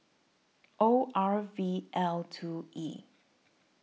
O R V L two E